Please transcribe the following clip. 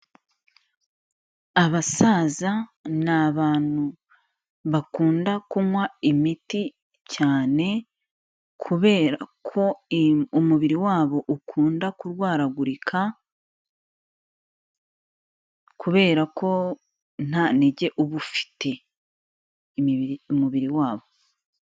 Abasaza ni abantu bakunda kunywa imiti cyane kubera ko umubiri wabo ukunda kurwaragurika kubera ko nta ntege uba ufite umubiri wabo.